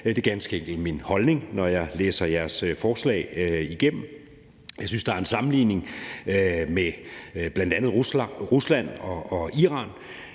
det er ganske enkelt min holdning, når jeg læser jeres forslag igennem. Jeg synes, der er en sammenligning med bl.a. Rusland og Iran.